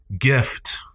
gift